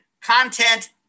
content